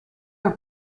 are